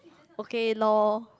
okay loh